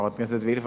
חברת הכנסת וילף,